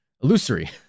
illusory